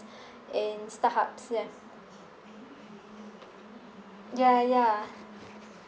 in Starhub ya ya ya